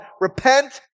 repent